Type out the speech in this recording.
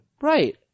right